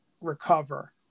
recover